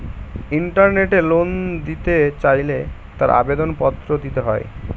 ইন্টারনেটে লোন নিতে চাইলে তার আবেদন পত্র দিতে হয়